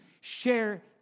Share